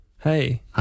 Hey